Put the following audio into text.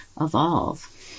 evolve